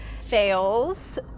fails